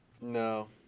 No